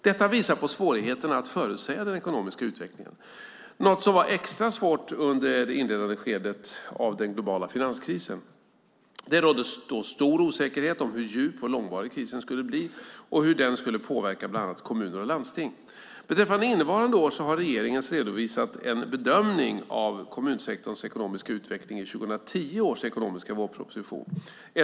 Detta visar på svårigheterna att förutsäga den ekonomiska utvecklingen, något som var extra svårt under det inledande skedet av den globala finanskrisen. Det rådde då stor osäkerhet om hur djup och långvarig krisen skulle bli och hur den skulle påverka bland annat kommuner och landsting. Beträffande innevarande år har regeringen redovisat en bedömning av kommunsektorns ekonomiska utveckling i 2010 års ekonomiska vårproposition.